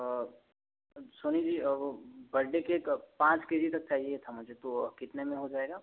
सोनी जी वो birthday cake पाँच K G तक चाहिए था मुझे तो कितने में हो जायेगा